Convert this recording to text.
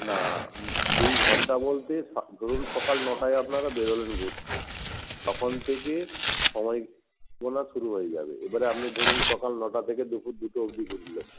না দুই ঘণ্টা বলতে ধরুন সকাল নটায় আপনারা বেরোলেন ঘুরতে তখন থেকে সময় গোনা শুরু হয়ে যাবে এবারে আপনি ধরুন সকাল নটা থেকে দুপুর দুটো অবধি ঘুরলেন